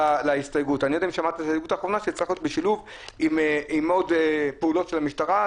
אז ההסתייגות שלי שזה צריך להיות בשילוב עם עוד פעולות של המשטרה.